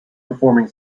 performing